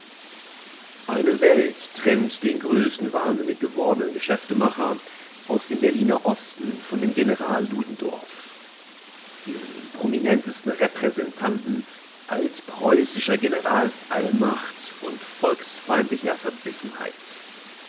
eine welt trennt den größenwahnsinnig gewordenen geschäftemacher aus dem berliner osten von dem general ludendorff diesem prominentesten repräsentanten altpreußischer generalsallmacht und volksfeindlicher